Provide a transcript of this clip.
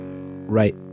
right